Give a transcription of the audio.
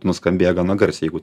nuskambėję gana garsiai jeigu